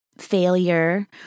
failure